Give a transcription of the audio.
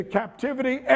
captivity